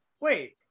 Wait